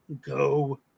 go